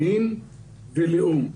מין ולאום.